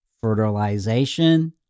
fertilization